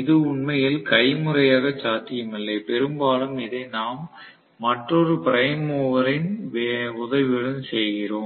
இது உண்மையில் கைமுறையாக சாத்தியமில்லை பெரும்பாலும் இதை நாம் மற்றொரு பிரைம் மூவரின் உதவியுடன் செய்கிறோம்